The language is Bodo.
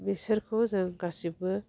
बेसोरखौ जों गासिबो